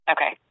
Okay